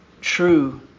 True